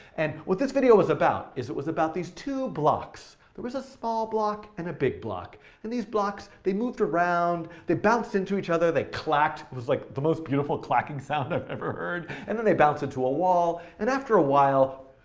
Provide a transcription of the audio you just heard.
and what this video was about is it was about these two blocks. there was a small block, and a big block. and these blocks, they moved around, they bounced into each other, they clacked. it was like, the most beautiful clacking sound i've ever heard. and then they bounced into a wall, and after awhile,